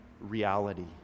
reality